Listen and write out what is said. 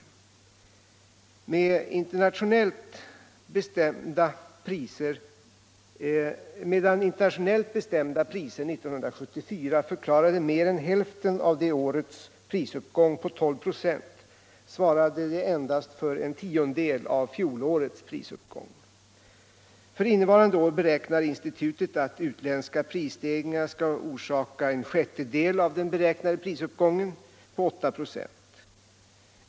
Medan internationellt bestämda priser 1974 förklarade mer än hälften av det årets prisuppgång på 12 96, svarade de endast för en tiondel av fjolårets prisuppgång. För innevarande år beräknar institutet att utländska prisstegringar skall orsaka en sjättedel av den beräknade prisuppgången på 8 K&K.